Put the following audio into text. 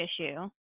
issue